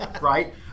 right